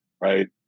right